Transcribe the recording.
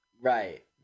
Right